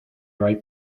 right